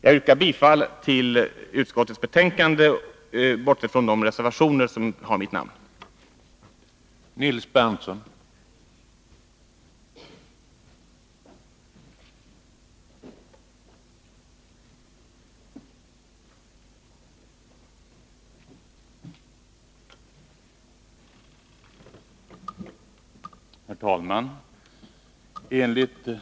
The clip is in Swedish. Nr 145 Jag yrkar bifall till de reservationer där mitt namn återfinns. Onsdagen den